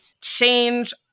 change